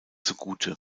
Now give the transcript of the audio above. zugute